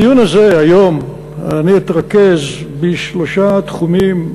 בדיון הזה היום אני אתרכז בשלושה תחומים,